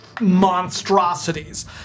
monstrosities